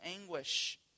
anguish